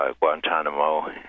Guantanamo